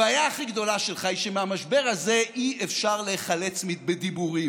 הבעיה הכי גדולה שלך היא שהמשבר הזה אי-אפשר להיחלץ בדיבורים.